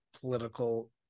political